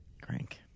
Crank